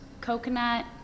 coconut